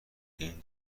این